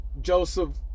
Joseph